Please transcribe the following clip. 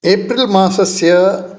एप्रिलमासस्य